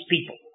people